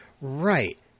Right